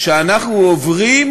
שאנחנו עוברים